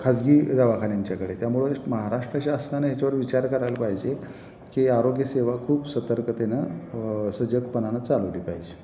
खाजगी दवाखान्यांच्याकडे त्यामुळे महाराष्ट्राच्या असताना ह्याच्यावर विचार करायला पाहिजे की आरोग्य सेवा खूप सतर्कतेनं सजगपणानं चालवली पाहिजे